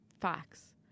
facts